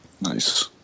Nice